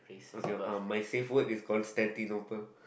okay um my safe word is called